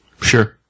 sure